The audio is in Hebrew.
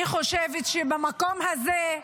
אני חושבת שבמקום הזה,